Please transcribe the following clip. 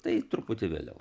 tai truputį vėliau